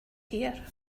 here